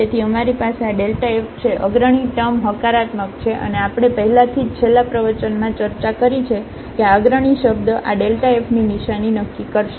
તેથી અમારી પાસે આ f છે અગ્રણી ટર્મ હકારાત્મક છે અને આપણે પહેલાથી જ છેલ્લા પ્રવચનમાં ચર્ચા કરી છે કે આ અગ્રણી શબ્દ આ fની નિશાની નક્કી કરશે